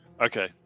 Okay